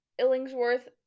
Illingsworth